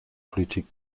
politik